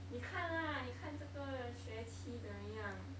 你看啦你看这个学期怎么样